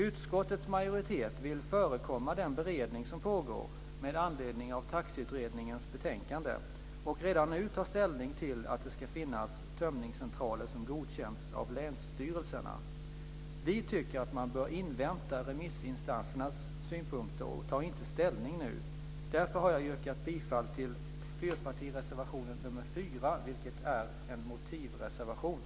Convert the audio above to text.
Utskottets majoritet vill förekomma den beredning som pågår med anledning av Taxiutredningens betänkande och redan nu ta ställning till att det ska finnas tömningscentraler som godkänts av länsstyrelserna. Vi tycker att man bör invänta remissinstansernas synpunkter och tar inte ställning nu. Därför har jag yrkat bifall till fyrpartireservationen nr 4, vilken är en motivreservation.